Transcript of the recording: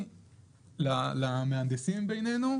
ולעניין סעיפים 4ד ו-28(ב)(ג)(6)